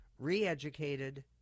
re-educated